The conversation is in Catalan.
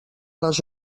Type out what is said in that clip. les